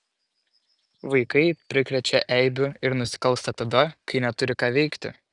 vaikai prikrečia eibių ir nusikalsta tada kai neturi ką veikti